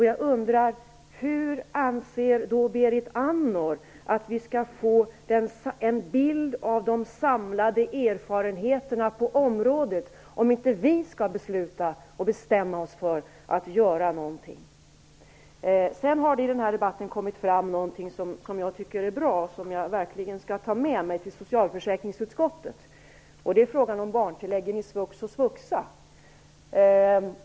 Jag undrar hur Berit Andnor anser att vi skall få en bild av de samlade erfarenheterna på området om vi inte skall besluta och bestämma oss för att göra någonting. I debatten har det kommit fram någonting som jag verkligen tycker är bra och som jag skall ta med mig till socialförsäkringsutskottet, nämligen frågan om barntilläggen i svux och svuxa.